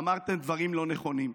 אמרתם דברים לא נכונים,